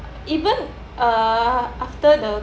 even uh after the